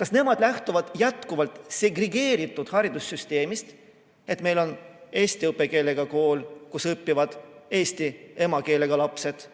kas nemad lähtuvad jätkuvalt segregeeritud haridussüsteemist, et meil on eesti õppekeelega kool, kus õpivad eesti emakeelega lapsed,